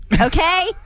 Okay